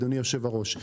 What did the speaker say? אדוני היושב-ראש.